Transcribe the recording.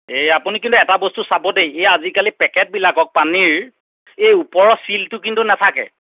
এই আপুনি কিন্তু এটা বস্তু চাব দেই আজিকালি পেকেটবিলাকত পানীৰ এই ওপৰৰ ছীলটো কিন্তু নেথাকে